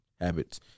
habits